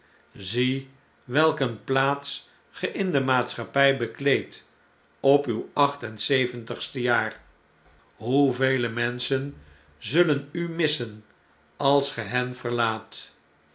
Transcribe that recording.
zie welk eene plaats ge in de maatschappjj bekleedt op uw acht en zeventigste jaar i hoevele menschen zullen u missen alsgehenverlaat ik ben